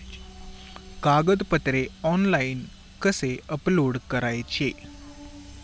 कागदपत्रे ऑनलाइन कसे अपलोड करायचे?